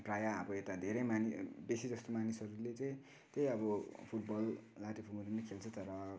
प्राय अब यता धेरै मानिसहरू बेसीजस्तो मानिसहरूले चाहिँ त्यही अब फुटबल लात्ते भकुन्डोहरू पनि खेल्छ तर